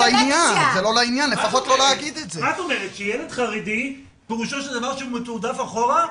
מה את אומרת שילד חרדי פירושו של דבר שהוא מתועדף אחורה?